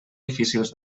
difícils